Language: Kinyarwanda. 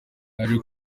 yaje